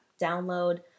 download